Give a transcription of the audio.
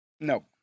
No